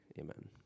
Amen